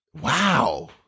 Wow